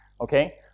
okay